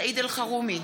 סעיד אלחרומי,